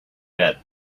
bed